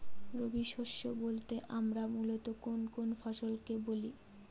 রবি শস্য বলতে আমরা মূলত কোন কোন ফসল কে বলি?